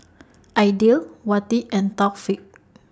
Aidil Wati and Taufik